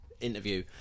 interview